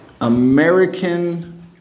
American